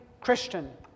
Christian